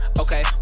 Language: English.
Okay